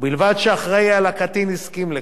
ובלבד שהאחראי לקטין הסכים לכך.